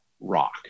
rock